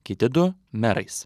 kiti du merais